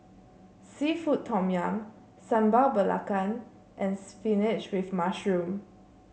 seafood Tom Yum Sambal Belacan and spinach with mushroom